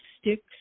sticks